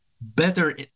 better